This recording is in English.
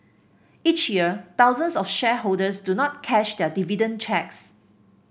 each year thousands of shareholders do not cash their dividend cheques